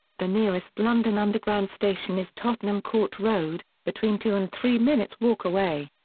the nearest london underground station is tottenham court road, between two and three minutes' walk away.